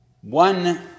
One